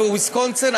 ובוויסקונסין.